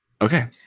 Okay